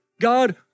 God